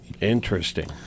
Interesting